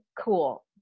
cool